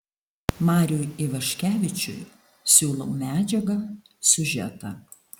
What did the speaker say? mariui ivaškevičiui siūlau medžiagą siužetą